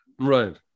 right